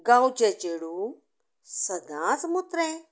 गांवचें चेडूं सदांच मुत्रें